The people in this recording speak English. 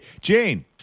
jane